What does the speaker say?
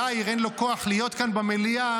שליאיר אין כוח להיות כאן במליאה,